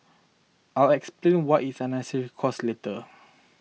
I'll explain why is an unnecessary cost later